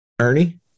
Ernie